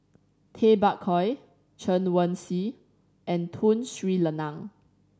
Tay Bak Koi Chen Wen Hsi and Tun Sri Lanang